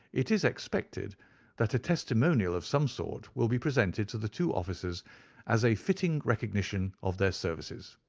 it is expected that a testimonial of some sort will be presented to the two officers as a fitting recognition of their services.